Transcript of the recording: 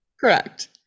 Correct